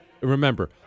remember